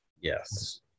Yes